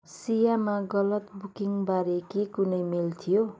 सियामा गलत बुकिङबारे के कुनै मेल थियो